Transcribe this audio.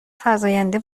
فزاینده